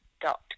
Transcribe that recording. dot